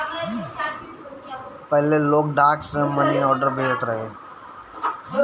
पहिले लोग डाक से मनीआर्डर भेजत रहे